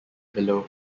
below